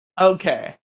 Okay